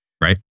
Right